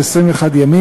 של 21 ימים,